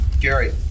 Gary